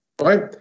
Right